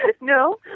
No